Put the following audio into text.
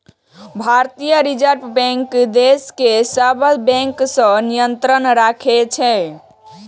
भारतीय reserve bank देश के सब बैंक पर नियंत्रण राखै छै